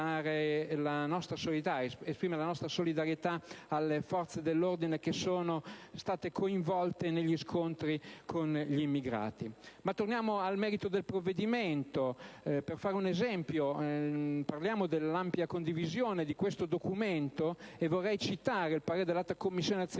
esprimere la nostra solidarietà alle forze dell'ordine che sono state coinvolte negli scontri con gli immigrati. Ma torniamo al merito del provvedimento, per fare un esempio dell'ampia condivisione di questo documento, vorrei citare il parere dell'Alta Commissione delle